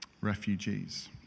refugees